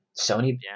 Sony